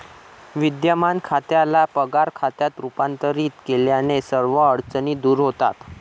विद्यमान खात्याला पगार खात्यात रूपांतरित केल्याने सर्व अडचणी दूर होतात